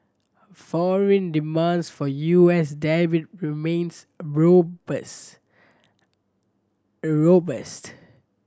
foreign demands for U S debt remains robust